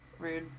Rude